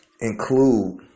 include